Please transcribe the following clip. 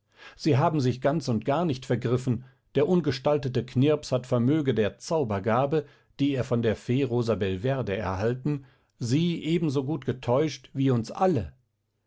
sie haben sich ganz und gar nicht vergriffen der ungestaltete knirps hat vermöge der zaubergabe die er von der fee rosabelverde erhalten sie ebensogut getäuscht wie uns alle